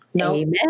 Amen